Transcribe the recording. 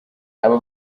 aba